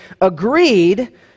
agreed